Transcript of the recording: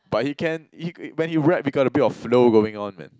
but he can he c~ when he rap he got a bit of flow going on man